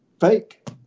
fake